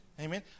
Amen